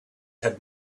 had